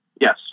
Yes